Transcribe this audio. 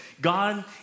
God